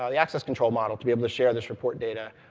ah the access control model, to be able to share this report data,